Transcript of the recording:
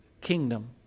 kingdom